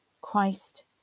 Christ